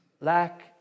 lack